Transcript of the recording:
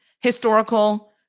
historical